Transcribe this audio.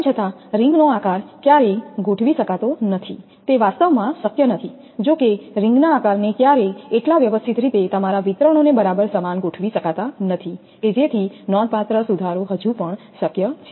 તેમ છતાં રીંગનો આકાર ક્યારેય ગોઠવી શકાતો નથી તે વાસ્તવમાં શક્ય નથી જોકે રિંગના આકારને ક્યારેય એટલા વ્યવસ્થિત રીતે તમારા વિતરણોને બરાબર સમાન ગોઠવી શકાતા નથી કે જેથી નોંધપાત્ર સુધારો હજુ પણ શક્ય છે